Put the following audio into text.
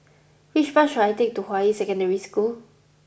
which bus should I take to Hua Yi Secondary School